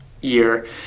year